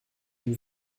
une